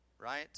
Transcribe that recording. right